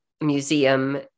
museum